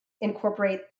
incorporate